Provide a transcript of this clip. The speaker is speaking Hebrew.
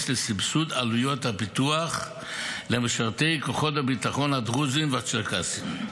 לסבסוד עלויות הפיתוח למשרתי כוחות הביטחון הדרוזים והצ'רקסים.